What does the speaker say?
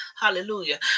Hallelujah